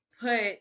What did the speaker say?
put